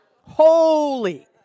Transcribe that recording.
holy